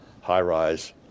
high-rise